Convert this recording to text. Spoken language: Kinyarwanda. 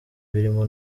birimo